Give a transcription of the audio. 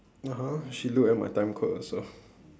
(uh huh) she look at my time code also